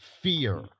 fear